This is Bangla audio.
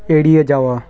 এড়িয়ে যাওয়া